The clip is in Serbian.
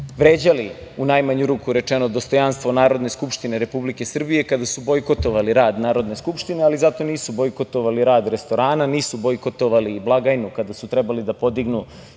vređali, u najmanju ruku rečeno, dostojanstvo Narodne skupštine Republike Srbije, kada su bojkotovali rad Narodne skupštine, ali zato nisu bojkotovali rad restorana, nisu bojkotovali blagajnu kada su trebali da podignu